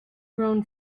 grown